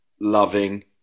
loving